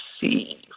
see